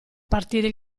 partire